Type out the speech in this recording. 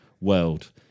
world